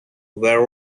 were